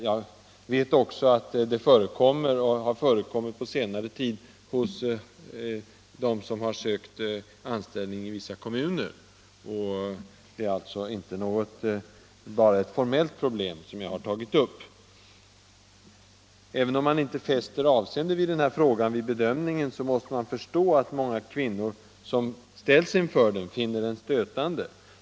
Jag vet också att sådana frågor som den nu nämnda förekommer och har ställts på senare tid när kvinnor sökt anställning i vissa kommuner. Det är alltså inte bara ett formellt problem som jag har tagit upp. Även om arbetsgivaren inte vid sin bedömning fäster avseende vid svaret på den aktuella frågan, måste man förstå att många kvinnor som ställs inför den finner den stötande.